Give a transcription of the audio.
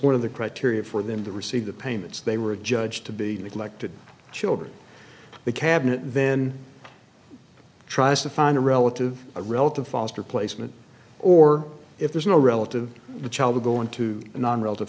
one of the criteria for them to receive the payments they were judged to be neglected children the cabinet then tries to find a relative a relative foster placement or if there's no relative the child is going to non relative